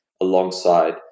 alongside